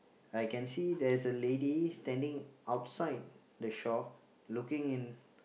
I can see there is a lady standing outside the shop looking in